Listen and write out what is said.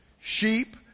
sheep